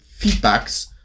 feedbacks